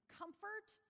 comfort